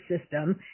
system